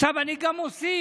עכשיו אני גם מוסיף,